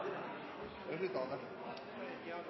at det var det